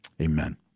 amen